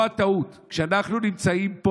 פה הטעות: כשאנחנו נמצאים פה,